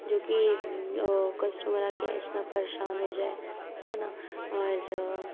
جو کہ کسٹمر آ کے اتنا پریشان ہو جائے ہے نا اور